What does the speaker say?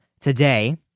today